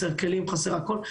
כלים והכול,